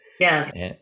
Yes